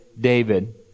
David